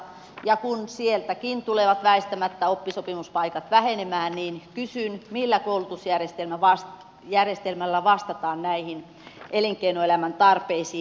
ja kun sieltäkin tulevat väistämättä oppisopimuspaikat vähenemään niin kysyn millä koulutusjärjestelmällä vastataan näihin elinkeinoelämän tarpeisiin